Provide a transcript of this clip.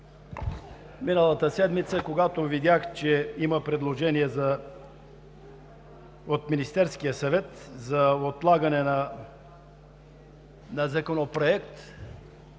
миналата седмица, когато видях, че има предложение от Министерския съвет за отлагане на Законопроект,